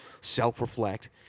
self-reflect